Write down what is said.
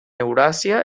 euràsia